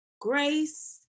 grace